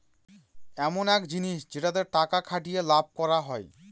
ইমন এক জিনিস যেটাতে টাকা খাটিয়ে লাভ করা হয়